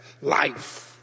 life